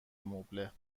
مبله